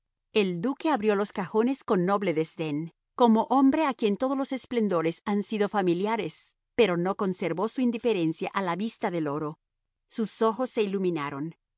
el duque abrió los cajones con noble desdén como hombre a quien todos los esplendores han sido familiares pero no conservó su indiferencia a la vista del oro sus ojos se iluminaron